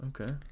okay